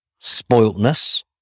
spoiltness